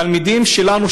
התלמידים שלנו,